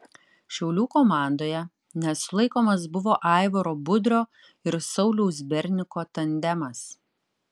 šiaulių komandoje nesulaikomas buvo aivaro budrio ir sauliaus berniko tandemas